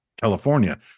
California